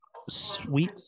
Sweet